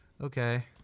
Okay